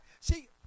See